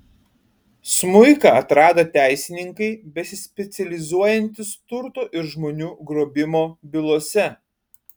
smuiką atrado teisininkai besispecializuojantys turto ir žmonių grobimo bylose